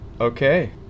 Okay